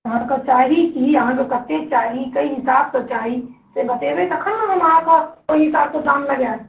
अहाँके चाही की अहाँके कतेक चाही कोन हिसाबसँ चाही से बतेबै तखन ने अहाँके ओहि हिसाबसँ दाम लगाएब